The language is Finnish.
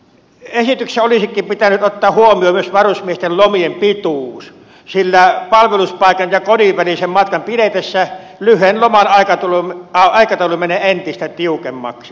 esityksessä olisikin pitänyt ottaa huomioon myös varusmiesten lomien pituus sillä palveluspaikan ja kodin välisen matkan pidetessä lyhyen loman aikataulu menee entistä tiukemmaksi